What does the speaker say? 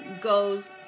goes